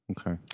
Okay